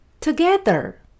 Together